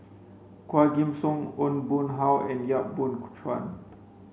Quah Kim Song Aw Boon Haw and Yap Boon Ku Chuan